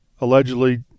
allegedly